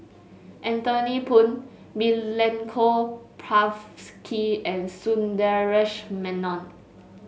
Anthony Poon Milenko Prvacki and Sundaresh Menon